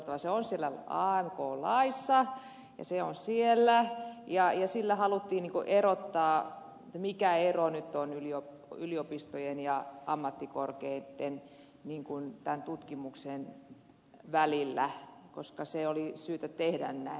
se on siellä amk laissa se on siellä ja sillä haluttiin kertoa mikä ero nyt on yliopistojen ja ammattikorkeitten tutkimuksen välillä koska se oli syytä tehdä näin